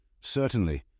Certainly